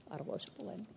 arvoisa puhemies